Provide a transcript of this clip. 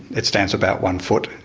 it stands about one foot.